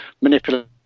manipulate